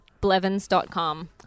Blevins.com